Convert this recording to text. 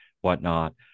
whatnot